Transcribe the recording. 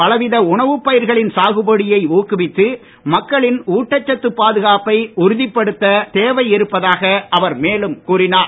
பலவித உணவுப் பயிர்களின் சாகுபடியை ஊக்குவித்து மக்களின் ஊட்டச்சத்து பாதுகாப்பை உறுதிப்படுத்த தேவை இருப்பதாக அவர் மேலும் கூறினார்